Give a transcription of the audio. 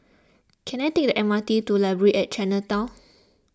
can I take the M R T to Library at Chinatown